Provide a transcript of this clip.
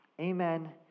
Amen